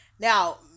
now